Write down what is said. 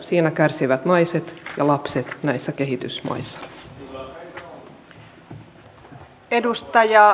siinä kärsivät naiset ja lapset näissä kehitysmaissa